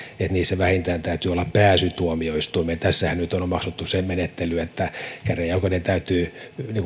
että niissä vähintään täytyy olla pääsy tuomioistuimeen tässähän nyt on omaksuttu se menettely että käräjäoikeuden täytyy